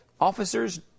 officers